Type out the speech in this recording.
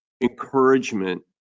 encouragement